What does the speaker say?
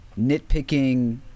nitpicking